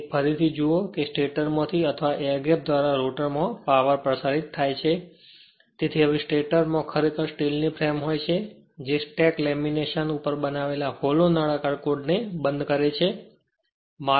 તેથી પછીથી જુઓ કે સ્ટેટર માંથી અથવા એર ગેપ દ્વારા રોટર માં પાવર પ્રસારિત થાય છે તેથી હવે સ્ટેટર માં ખરેખર સ્ટીલની ફ્રેમ હોય છે જે સ્ટેક લેમિનેશન ઉપર બનાવેલા હોલો નળાકાર કોડને બંધ કરે છે